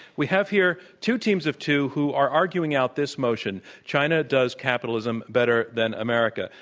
we have here two teams of two who are arguing out this motion china does capitalism better than america.